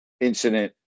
incident